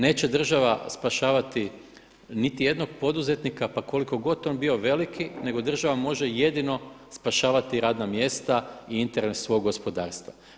Neće država spašavati niti jednog poduzetnika pa koliko god on bio veliki nego država može jedino spašavati radna mjesta i interes svog gospodarstva.